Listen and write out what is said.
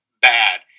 Bad